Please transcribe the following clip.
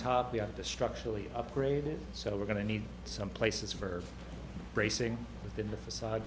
top of the structurally upgraded so we're going to need some places for bracing within the facade